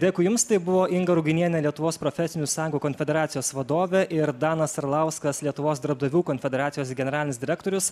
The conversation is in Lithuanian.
dėkui jums tai buvo inga ruginienė lietuvos profesinių sąjungų konfederacijos vadovė ir danas arlauskas lietuvos darbdavių konfederacijos generalinis direktorius